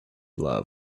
loved